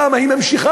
למה היא ממשיכה?